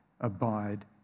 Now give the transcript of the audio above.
Abide